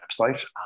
website